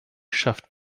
schafft